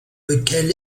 lequel